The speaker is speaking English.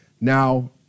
Now